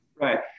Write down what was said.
Right